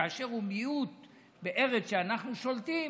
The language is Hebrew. כאשר הוא מיעוט בארץ שבה אנחנו שולטים,